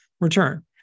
return